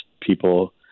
people